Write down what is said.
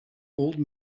old